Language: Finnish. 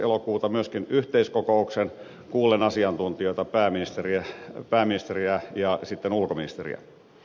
elokuuta myöskin yhteiskokouksen kuullen asiantuntijoita pääministeriä ja sitten ulkoministeriä